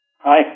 Hi